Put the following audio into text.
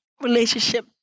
relationship